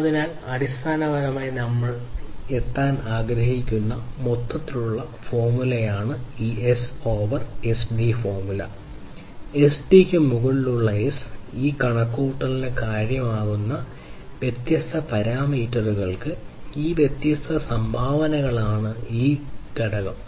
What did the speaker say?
അതിനാൽ ഇത് അടിസ്ഥാനപരമായി നമ്മൾ എത്താൻ ആഗ്രഹിക്കുന്ന മൊത്തത്തിലുള്ള ഫോർമുലയാണ് നമ്മൾ ഈ എസ് ഓവർ എസ്ഡി ഫോർമുല നോക്കി എസ്ഡിക്ക് മുകളിലുള്ള എസ് ഈ കണക്കുകൂട്ടലിന് കാരണമാകുന്ന വ്യത്യസ്ത പാരാമീറ്ററുകൾക്ക് ഈ വ്യത്യസ്ത സംഭാവനകളാണ് ഈ ഘടകം